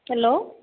hello